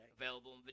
Available